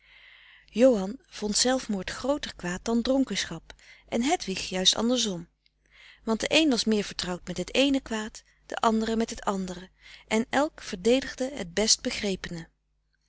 johan vond zelfmoord grooter kwaad dan dronkenschap en hedwig juist andersom want de een was meer vertrouwd met het ééne kwaad de andere met het andere en elk verdedigde het best begrepene